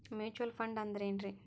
Mutual fund ಅಂದ್ರೆನ್ರಿ?